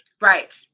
Right